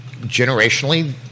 generationally